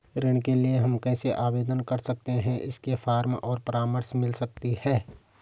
ऋण के लिए हम कैसे आवेदन कर सकते हैं इसके फॉर्म और परामर्श मिल सकती है?